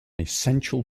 essential